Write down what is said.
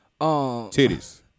titties